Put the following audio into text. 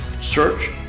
search